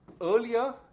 earlier